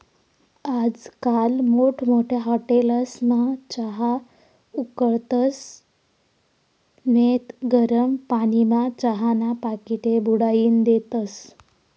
आजकाल मोठमोठ्या हाटेलस्मा चहा उकाळतस नैत गरम पानीमा चहाना पाकिटे बुडाईन देतस